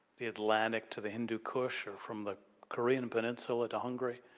the atlantic to the hindu kush, or from the korean peninsula to hungary.